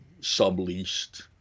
subleased